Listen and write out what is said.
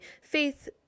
faith